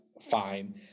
fine